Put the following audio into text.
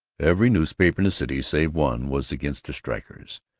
every newspaper in the city, save one, was against the strikers.